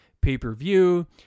pay-per-view